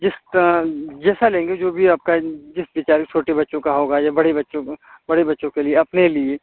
जिस जैसा लेंगी जो भी आपका जिस भी चाहे छोटे बच्चों का होगा या बड़े बच्चों को बड़े बच्चों के लिए अपने लिए